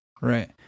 Right